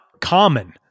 common